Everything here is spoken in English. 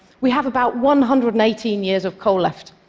we have about one hundred and eighteen years of coal left.